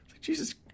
Jesus